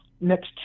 Next